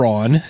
on